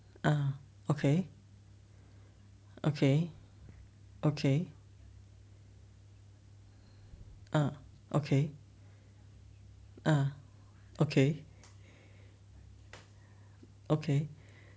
ah okay okay okay ah okay ah okay okay